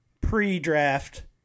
pre-draft